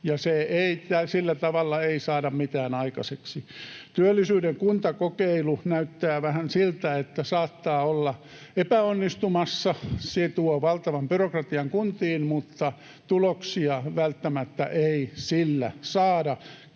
sillä tavalla ei saada mitään aikaiseksi. Työllisyyden kuntakokeilu näyttää vähän siltä, että saattaa olla epäonnistumassa. Se tuo valtavan byrokratian kuntiin, mutta tuloksia ei välttämättä sillä saada,